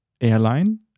airline